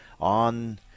on